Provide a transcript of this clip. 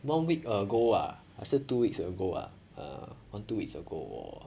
one week ago uh 还是 two weeks ago ah err one two weeks ago lor